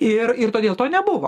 ir ir todėl to nebuvo